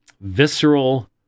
visceral